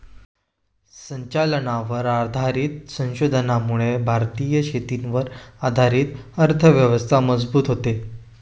जलचरांवर आधारित संशोधनामुळे भारतीय शेतीवर आधारित अर्थव्यवस्था मजबूत होते